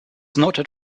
noted